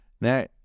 Now